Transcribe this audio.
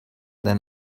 than